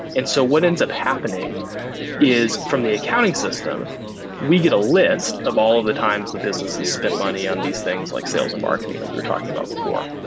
and so what ends up happening is from the accounting system we get a list of all of the times the business has spent money on these things, like sales and marketing that we're talking about before.